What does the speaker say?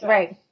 Right